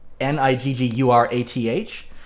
N-I-G-G-U-R-A-T-H